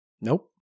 Nope